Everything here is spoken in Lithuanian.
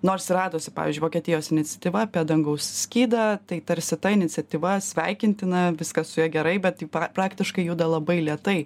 nors ir radosi pavyzdžiui vokietijos iniciatyva apie dangaus skydą tai tarsi ta iniciatyva sveikintina viskas su ja gerai bet tai praktiškai juda labai lėtai